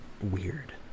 weird